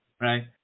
right